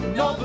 no